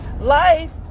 Life